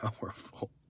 powerful